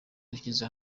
dushyize